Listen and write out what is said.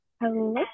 hello